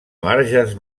marges